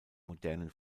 modernen